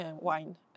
wine